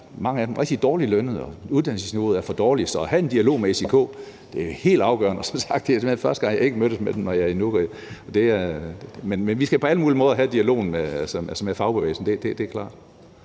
lønmodtagere er jo rigtig dårligt lønnede, og uddannelsesniveauet er for dårligt. Så at have en dialog med SIK er jo helt afgørende. Og som sagt er det simpelt hen første gang, jeg ikke har mødtes med dem, når jeg er i Nuuk. Men vi skal på alle mulige måder have dialogen med fagbevægelsen. Det er klart.